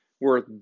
worth